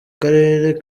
karere